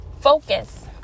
focus